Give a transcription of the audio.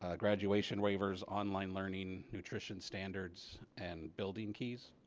graduation waivers online learning nutrition standards and building keys.